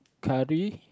curry